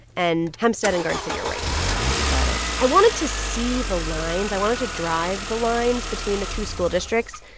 and hempstead and garden city are right in the middle got it i wanted to see the lines. i wanted to drive the lines between the two school districts.